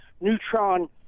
neutron